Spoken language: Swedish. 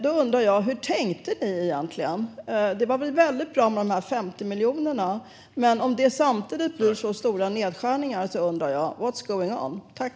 Då undrar jag: Hur tänkte ni egentligen? Det var bra med de 50 miljonerna, men när det samtidigt blir så stora nedskärningar undrar jag: What's going on?